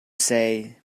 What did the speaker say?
say